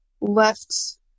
left